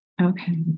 Okay